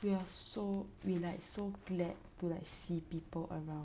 we are so relaxed so glad to like see people around